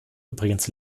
übrigens